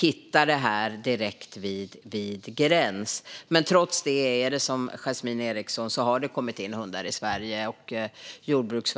hitta detta direkt vid gräns. Trots detta är det som Yasmine Eriksson säger. Det har kommit in hundar i Sverige.